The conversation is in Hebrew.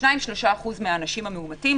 שניים-שלושה אחוז מהאנשים המאומתים,